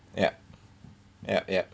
yep yep yep